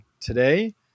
today